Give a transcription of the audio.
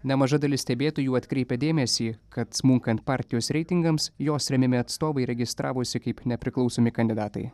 nemaža dalis stebėtojų atkreipia dėmesį kad smunkant partijos reitingams jos remiami atstovai registravosi kaip nepriklausomi kandidatai